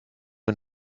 wir